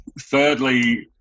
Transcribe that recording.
Thirdly